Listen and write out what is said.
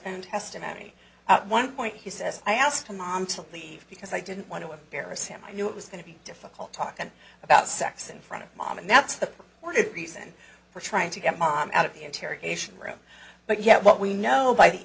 and testimony at one point he says i asked the mom to leave because i didn't want to embarrass him i knew it was going to be difficult talking about sex in front of mom and that's the reason we're trying to get mom out of the interrogation room but yet what we know by the